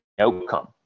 outcome